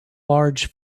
large